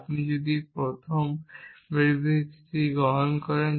আপনি যদি প্রথম বিবৃতিটি গ্রহণ করেন